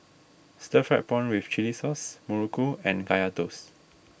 Stir Fried Pawn with Chili Sauce Muruku and Kaya Toast